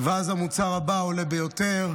ואז המוצר הבא עולה יותר,